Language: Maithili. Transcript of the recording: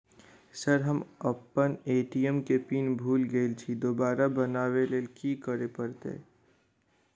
सर हम अप्पन ए.टी.एम केँ पिन भूल गेल छी दोबारा बनाब लैल की करऽ परतै?